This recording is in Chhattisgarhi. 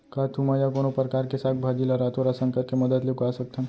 का तुमा या कोनो परकार के साग भाजी ला रातोरात संकर के मदद ले उगा सकथन?